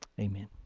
amen